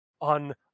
on